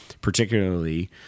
particularly